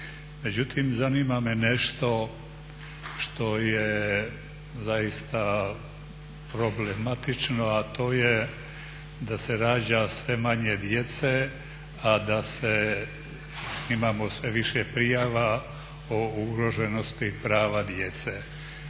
Međutim, zanima me nešto što je zaista problematično, a to je da se rađa sve manje djece, a da imamo sve više prijava o ugroženosti prava djece.